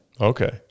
Okay